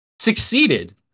succeeded